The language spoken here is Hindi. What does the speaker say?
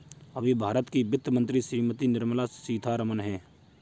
अभी भारत की वित्त मंत्री श्रीमती निर्मला सीथारमन हैं